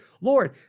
Lord